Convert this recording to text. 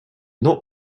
not